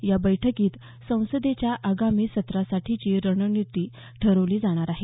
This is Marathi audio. या बैठकीत संसदेच्या आगामी सत्रासाठीची रणनिती ठरवली जाणार आहेत